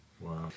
Wow